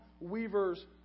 weaver's